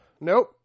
nope